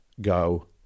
go